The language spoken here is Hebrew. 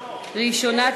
אני, ראשונת